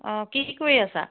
অঁ কি কৰি আছা